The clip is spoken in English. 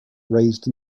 raised